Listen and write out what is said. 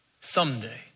someday